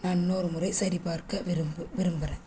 நான் இன்னொரு முறை சரிபார்க்க விரும்பு விரும்புகிறேன்